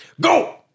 Go